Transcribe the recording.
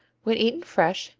when eaten fresh,